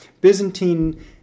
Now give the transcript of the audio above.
Byzantine